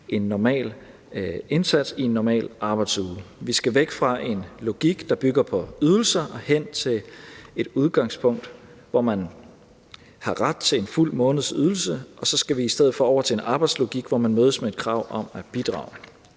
en normal indsats i en normal arbejdsuge. Vi skal væk fra en logik, der bygger på ydelser, og hen til et udgangspunkt, hvor man har ret til en fuld måneds ydelse, og så skal vi i stedet over til en arbejdslogik, hvor man mødes med et krav om at bidrage.